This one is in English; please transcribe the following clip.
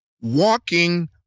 walking